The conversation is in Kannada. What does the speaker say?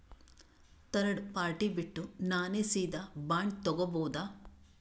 ಥರ್ಡ್ ಪಾರ್ಟಿ ಬಿಟ್ಟು ನಾನೇ ಸೀದಾ ಬಾಂಡ್ ತೋಗೊಭೌದಾ?